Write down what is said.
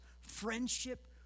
friendship